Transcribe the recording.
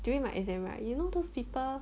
during my exam right you know those people